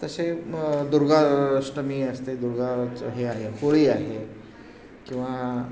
तसे मग दुर्गाष्टमी असते दुर्गाचं हे आहे होळी आहे किंवा